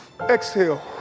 exhale